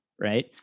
right